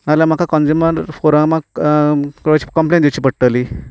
नाजाल्यार म्हाका कॉन्ज्युंमर फोरमाक क्रोच कंप्लेन दिवची पडटली